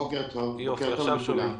בוקר טוב לכולם.